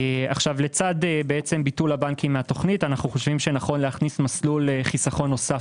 לצד ביטול הבנקים מהתוכנית אנו חושבים שנכון להכניס מסלול חיסכון נוסף